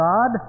God